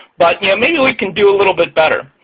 but yeah maybe we can do a little bit better.